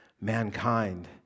mankind